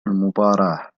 المباراة